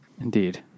indeed